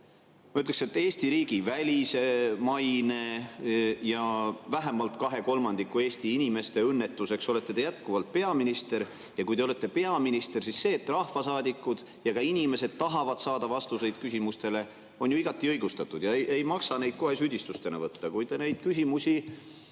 ütleksin, et Eesti riigi välise maine ja vähemalt kahe kolmandiku Eesti inimeste õnnetuseks olete te jätkuvalt peaminister, ja kui te olete peaminister, siis see, et rahvasaadikud ja ka inimesed tahavad saada vastuseid küsimustele, on ju igati õigustatud, ei maksa neid kohe süüdistusena võtta. Kui te nendele küsimustele